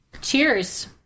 Cheers